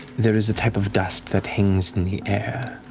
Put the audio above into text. there is a type of dust that hangs in the air.